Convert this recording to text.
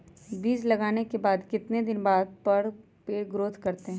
बीज लगाने के बाद कितने दिन बाद पर पेड़ ग्रोथ करते हैं?